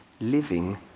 living